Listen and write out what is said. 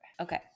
Okay